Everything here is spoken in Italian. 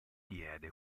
diede